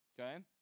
okay